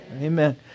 amen